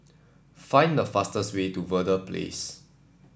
find the fastest way to Verde Place